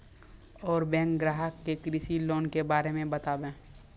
और बैंक ग्राहक के कृषि लोन के बारे मे बातेबे?